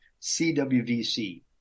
CWVC